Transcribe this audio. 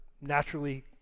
naturally